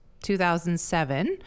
2007